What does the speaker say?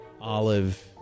Olive